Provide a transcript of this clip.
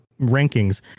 rankings